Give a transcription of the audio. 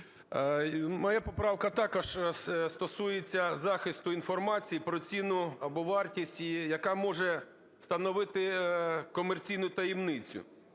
Моя поправка також стосується захисту інформації, про ціну або вартість її, яка може становити комерційну таємницю.